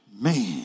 man